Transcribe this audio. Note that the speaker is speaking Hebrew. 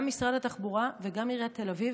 גם משרד התחבורה וגם עיריית תל אביב,